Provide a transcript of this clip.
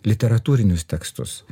literatūrinius tekstus